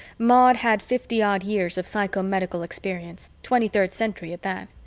maud had fifty-odd years of psychomedical experience, twenty third century at that.